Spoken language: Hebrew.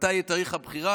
מתי יהיה תאריך הבחירה,